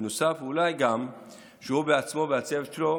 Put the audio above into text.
ובנוסף אולי גם שהוא בעצמו והצוות שלו